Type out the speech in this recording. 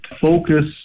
focus